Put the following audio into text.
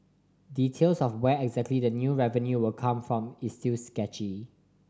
details of where exactly the new revenue will come from is still sketchy